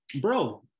Bro